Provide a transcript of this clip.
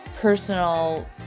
personal